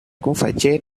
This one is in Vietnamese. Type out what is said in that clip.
cũng